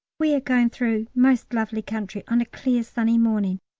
we are going through most lovely country on a clear sunny morning,